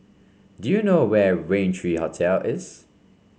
do you know where Rain three Hotel is